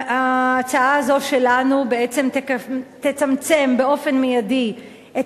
ההצעה שלנו בעצם תצמצם באופן מיידי את